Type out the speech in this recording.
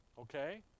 okay